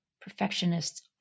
Perfectionists